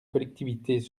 collectivités